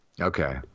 Okay